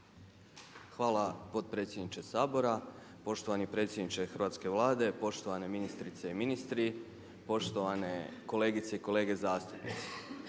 Hvala potpredsjedniče Sabora. Poštovani predsjedniče Hrvatske vlade, poštovane ministrice i ministri, poštovane kolegice i kolege zastupnici